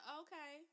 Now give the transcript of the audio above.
okay